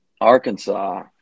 Arkansas